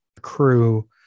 crew